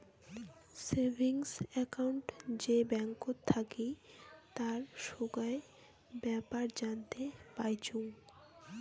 savings account যে ব্যাঙ্কত থাকি তার সোগায় বেপার জানতে পাইচুঙ